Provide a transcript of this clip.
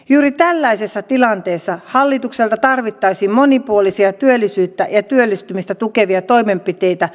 juuri tällaisessa tilanteessa hallitukselta tarvittaisiin monipuolisia työllisyyttä ja työllistymistä tukevia toimenpiteitä